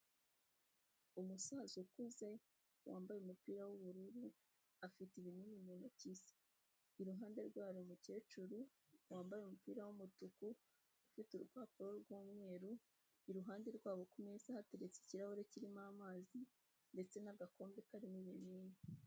Umusaza ukuze wambaye umupira w'ubururu afite ibinini mu ntoki iruhande rwawo umukecuru wambaye umupira w'umutuku ufite urupapuro rw'umweru iruhande rwabo kumeza hatse ikirahure kirimo amazi ndetse n'agakombe karimo ibinini.